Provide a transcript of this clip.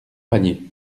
panier